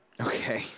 Okay